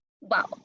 Wow